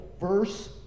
verse